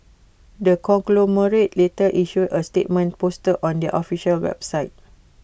the conglomerate later issued A statement posted on their official website